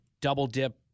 double-dip